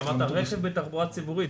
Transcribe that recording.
לא, כי אמרת רכב בתחבורה ציבורית.